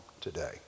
today